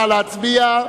נא להצביע.